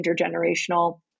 intergenerational